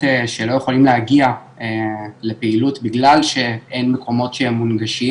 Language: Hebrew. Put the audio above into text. שלא יכולים להגיע לפעילות בגלל שאין מקומות שהם מונגשים.